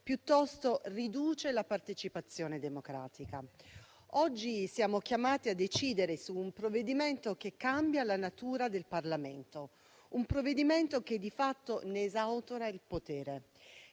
piuttosto riduce la partecipazione democratica. Oggi siamo chiamati a decidere su un provvedimento che cambia la natura del Parlamento, un provvedimento che di fatto ne esautora il potere.